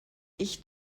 ich